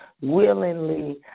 Willingly